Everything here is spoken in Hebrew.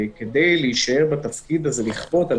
שכדי להישאר בתפקיד הזה יש לכפות על